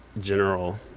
general